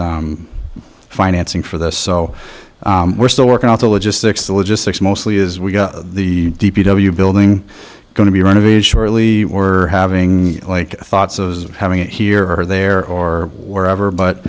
financing for this so we're still working out the logistics the logistics mostly is we got the d p w building going to be renovated surely we're having thoughts of having it here or there or wherever but